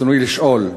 רצוני לשאול: